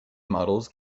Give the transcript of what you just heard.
models